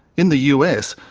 in the us,